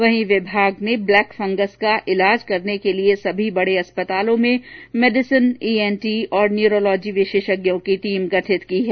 वहीं विभाग ने ब्लैक फंगस का इलाज करने के लिये सभी बड़े अस्पतालों में मेडिसिन ईएनटी तथा न्यूरोलॉजी विशेषज्ञों की टीम गठित की हैं